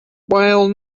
while